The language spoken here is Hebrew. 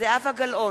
זהבה גלאון,